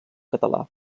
català